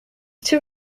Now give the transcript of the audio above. too